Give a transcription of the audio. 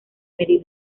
medir